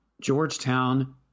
Georgetown